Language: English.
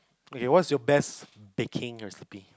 okay what's your best baking recipe